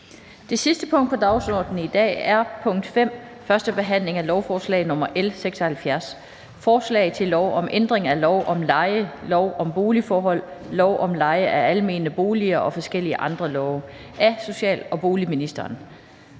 Det sidste punkt på dagsordenen er: 5) 1. behandling af lovforslag nr. L 76: Forslag til lov om ændring af lov om leje, lov om boligforhold, lov om leje af almene boliger og forskellige andre love. (Refusion af udlejers